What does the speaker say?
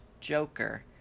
Joker